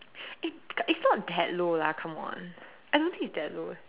it it's not that low lah come on I don't think it's that low eh